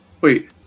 wait